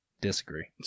Disagree